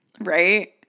Right